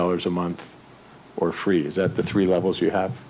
dollars a month or freeze at the three levels you have